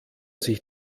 sich